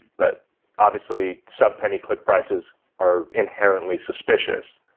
but obviously, sub-penny click prices are inherently suspicious,